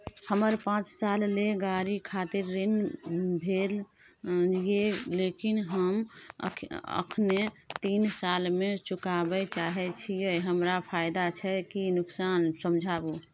हमर पाँच साल ले गाड़ी खातिर ऋण भेल ये लेकिन हम अखने तीन साल में चुकाबे चाहे छियै हमरा फायदा छै की नुकसान समझाबू?